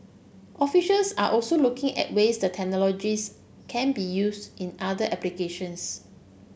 officials are also looking at ways the can be use in other applications